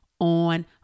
on